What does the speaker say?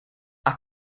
are